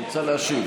את רוצה להשיב?